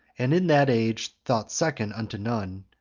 and in that age thought second unto none,